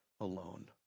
alone